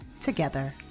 together